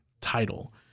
title